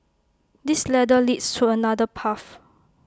this ladder leads to another path